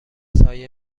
سایه